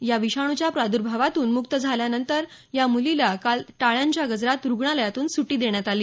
या विषाणूच्या प्रादुर्भावातून मुक्त झाल्यानंतर या मुलीला काल टाळ्यांच्या गजरात रुग्णालयातून सुटी देण्यात आली